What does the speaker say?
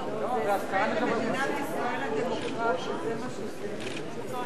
זו אזכרה לז'בוטינסקי, נו.